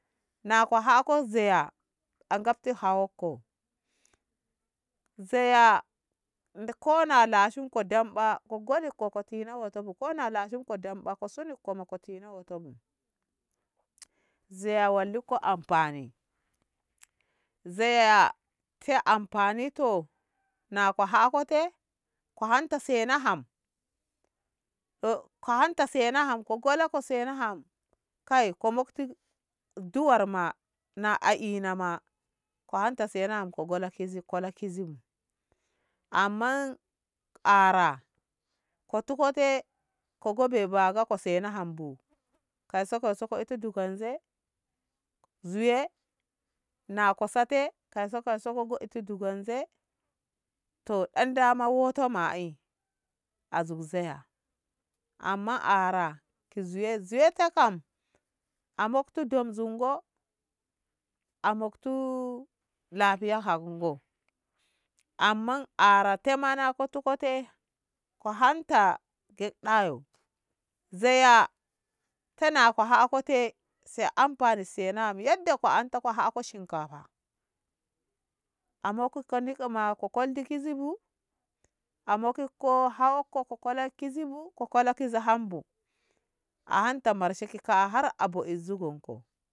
Na ko hako zeya an garti hawakko zeya ndiko na lashinko damɓa ko goni koko tina wo'oto bu kona lashin ko damɓa ko si ko mo ko tino wo'oto bu zeya walli ko amfani zeya te amfane to na ko ha ko te ko hanta se na ham ko anta se na ham ko golko se na ham kai ko motti duwaramma na a e'na ma ko hanta se na ham ko gola ki zi kola kizibu amman ara kotu kote ko ge ba ko se na ham bu kause kause ko etu dugozze zeye na ko sa te kause kause ko etu dugozze to dan dam wo'oto ma'e a zug zeya amma ara ki zewe zeta kam a mottu don zun go a muttu lahiya hangon amma ara mana koti ko kote ko hanta te ɗayo zeya te nako ha kote se amfani se na bu yadda ko hanta ko hako shinkafa amo ko nika mako ko koldi kizi bu a mokko hauko kola kizi bu ko kolo kizi ham bu a hanta marshe ki ka har bo e zugo onko.